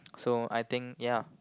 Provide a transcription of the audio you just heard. so I think ya